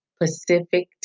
Pacific